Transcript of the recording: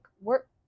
work